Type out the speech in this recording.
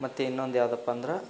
ಮತ್ತು ಇನ್ನೊಂದು ಯಾವುದಪ್ಪ ಅಂದ್ರೆ